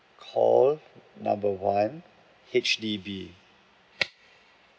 call number one H_D_B